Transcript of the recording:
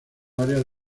áreas